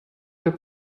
were